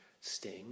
sting